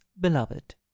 beloved